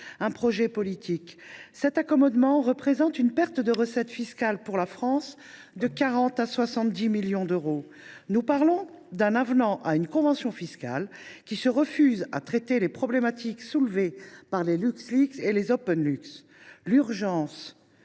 un projet politique. Cet accommodement représente une perte de recettes fiscales pour la France de 40 millions à 70 millions d’euros. Nous parlons d’un avenant à une convention fiscale qui se refuse à traiter les problématiques soulevées par les LuxLeaks et les OpenLux. La